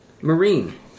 Marine